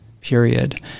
period